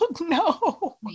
No